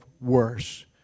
worse